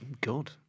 God